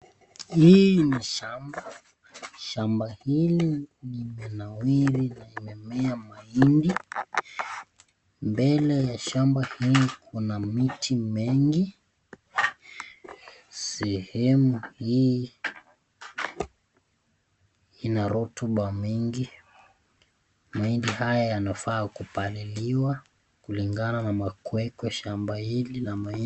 Hii ni shamba, shamba hili limenawiri na limemea mahindi, mbele ya shamba hii kuna miti mengi, sehemu hii inarotuba mingi, mahindi haya yanafaa kupaliliwa kulingana na makwekwe shamba hili la mahindi...